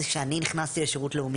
כשאני נכנסתי לשירות לאומי,